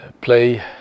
play